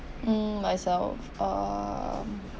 mm myself um